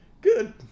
good